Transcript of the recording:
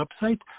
website